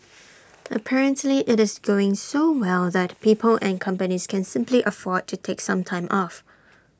apparently IT is going so well that people and companies can simply afford to take some time off